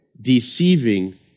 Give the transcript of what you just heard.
deceiving